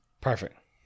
Perfect